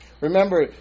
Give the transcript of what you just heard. Remember